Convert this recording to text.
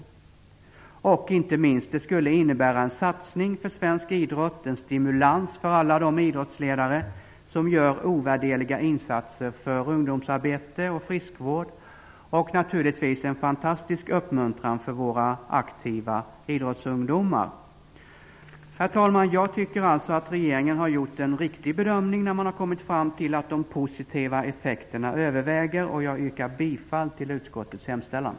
Det skulle inte minst innebära en satsning för svensk idrott, en stimulans för alla de idrottsledare som gör ovärderliga insatser för ungdomsarbete och friskvård och naturligtvis en fantastisk uppmuntran för våra aktiva idrottsungdomar. Herr talman! Jag tycker alltså att regeringen har gjort en riktig bedömning när man har kommit fram till att de positiva effekterna överväger. Jag yrkar bifall till utskottets hemställan.